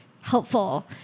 helpful